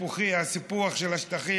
הסיפוח של השטחים,